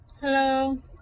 hello